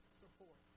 support